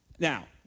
Now